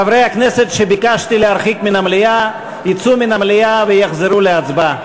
חברי הכנסת שביקשתי להרחיק מן המליאה יצאו מן המליאה ויחזרו להצבעה.